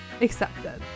accepted